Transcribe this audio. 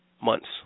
months